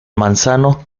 manzano